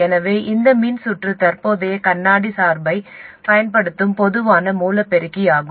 எனவே இந்த மின்சுற்று தற்போதைய கண்ணாடி சார்பைப் பயன்படுத்தும் பொதுவான மூல பெருக்கி ஆகும்